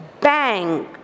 Bang